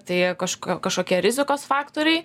tai kažko kažkokie rizikos faktoriai